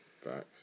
Facts